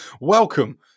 Welcome